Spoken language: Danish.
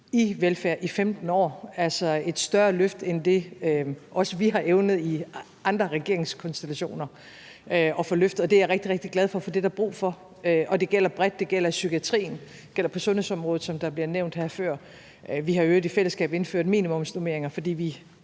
i velfærden i 15 år, altså et større løft end det, også vi to har evnet i andre regeringskonstellationer at få lavet, og det er jeg rigtig, rigtig glad for. For det er der brug for, og det gælder bredt. Det gælder i psykiatrien, og det gælder på sundhedsområdet, som der blev nævnt her før – vi har i øvrigt i fællesskab indført minimumsnormeringer, fordi vi,